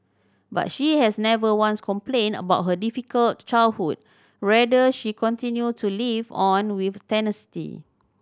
but she has never once complained about her difficult childhood rather she continued to live on with tenacity